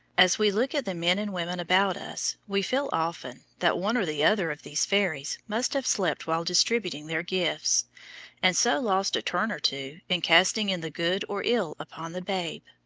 as we look at the men and women about us we feel, often, that one or the other of these fairies must have slept while distributing their gifts and so lost a turn or two in casting in the good or ill upon the babe,